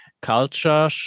culture